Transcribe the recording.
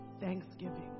thanksgiving